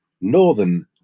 northern